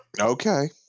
Okay